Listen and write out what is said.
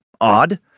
odd